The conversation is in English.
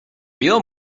real